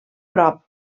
prop